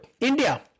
India